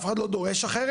אף אחד לא דורש אחרת.